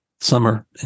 summer